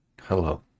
Hello